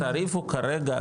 אבל התעריף הוא כרגע,